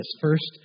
first